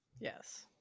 Yes